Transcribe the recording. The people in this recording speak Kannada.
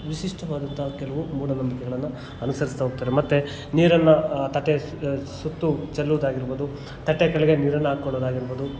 ವಿಶಿಷ್ಟವಾದಂಥ ಕೆಲವು ಮೂಢನಂಬಿಕೆಗಳನ್ನು ಅನುಸರಿಸ್ತಾ ಹೋಗ್ತಾರೆ ಮತ್ತು ನೀರನ್ನು ತಟ್ಟೆ ಸುತ್ತ ಚೆಲ್ಲುದಾಗಿರ್ಬೋದು ತಟ್ಟೆ ಕೆಳಗೆ ನೀರನ್ನು ಹಾಕ್ಕೊಳ್ಳೊದಾಗಿರ್ಬೋದು